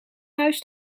huis